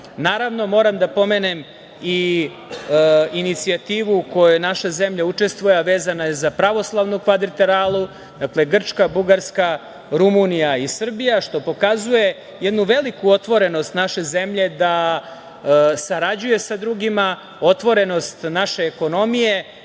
moram da napomenem i inicijativu u kojoj naša zemlja učestvuje, a vezana je za Pravoslavnu kvadriteralu, Grčka, Bugarska, Rumunija i Srbija, što pokazuje jednu veliku otvorenost naše zemlje da sarađuje sa drugima, otvorenost naše ekonomije,